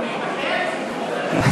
הוא מתפטר?